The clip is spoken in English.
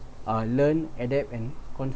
uh learn adapt and